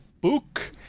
book